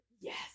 yes